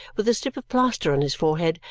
with a strip of plaster on his forehead,